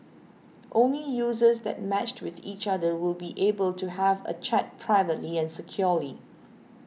only users that matched with each other will be able to have a chat privately and securely